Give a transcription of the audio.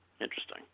Interesting